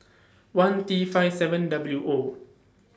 one T five seven W O